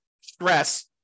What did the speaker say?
stress